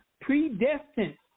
Predestined